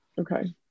Okay